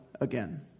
again